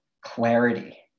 clarity